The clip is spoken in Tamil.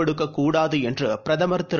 கொடுக்கக்கூடாதுஎன்றுபிரதமர் திரு